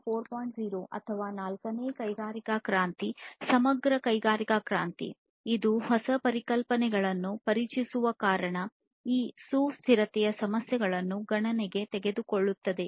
0 ಅಥವಾ ನಾಲ್ಕನೇ ಕೈಗಾರಿಕಾ ಕ್ರಾಂತಿ ಸಮಗ್ರ ಕೈಗಾರಿಕಾ ಕ್ರಾಂತಿ ಇದು ಹೊಸ ಪರಿಕಲ್ಪನೆಗಳನ್ನು ಪರಿಚಯಿಸುವ ಕಾರಣ ಈ ಸುಸ್ಥಿರತೆಯ ಸಮಸ್ಯೆಯನ್ನು ಗಣನೆಗೆ ತೆಗೆದುಕೊಳ್ಳುತ್ತದೆ